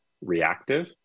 reactive